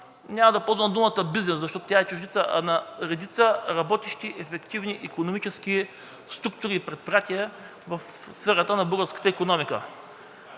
няма да ползвам думата „бизнес“, защото е чуждица, а на редица работещи ефективни икономически структури и предприятия в сферата на българската икономика.